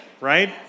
right